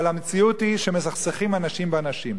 אבל המציאות היא שמסכסכים אנשים באנשים.